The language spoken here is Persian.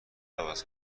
عوض